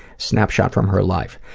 snapshot from her life,